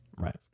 right